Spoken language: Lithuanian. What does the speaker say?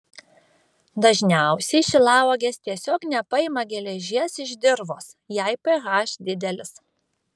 dažniausiai šilauogės tiesiog nepaima geležies iš dirvos jei ph didelis